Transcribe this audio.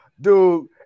dude